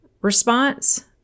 response